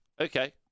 Okay